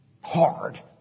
hard